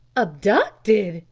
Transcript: abducted?